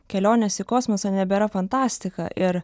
kelionės į kosmosą nebėra fantastika ir